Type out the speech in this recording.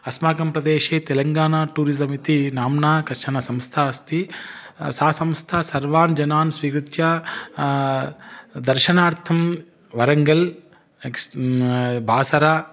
अस्माकं प्रदेशे तेलङ्गाणा टूरिसम् इति नाम्ना कश्चन संस्था अस्ति सा संस्था सर्वान् जनान् स्वीकृत्य दर्शनार्थं वरङ्गल् एक्स् बासरा